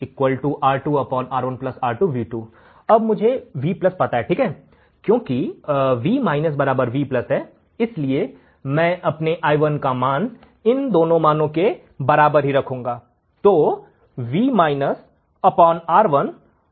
इसलिए अब मुझे V पता है ठीक है क्योंकि V V इसलिए मैं अपने i1 का मान इन दोनों मानों के बराबर ही रखूंगा